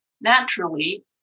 naturally